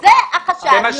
זה החשש.